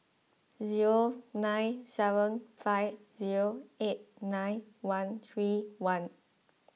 zero nine seven five zero eight nine one three one